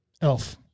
Elf